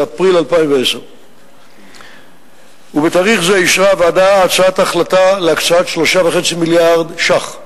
באפריל 2010. בתאריך זה אישרה הוועדה הצעת החלטה להקצאת 3.5 מיליארד שקל